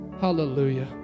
Hallelujah